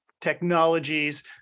technologies